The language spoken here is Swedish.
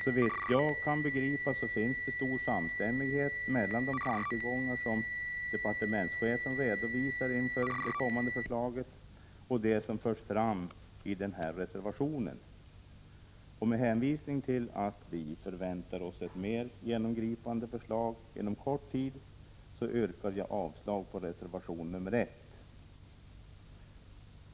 Såvitt jag begriper finns det stor samstämmighet mellan de tankegångar som departementschefen redovisar inför det kommande förslaget och de som förs fram i reservationen. Med hänvisning till att vi förväntar oss ett mer genomgripande förslag inom kort tid, yrkar jag avslag på reservation nr 1.